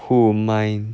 who mine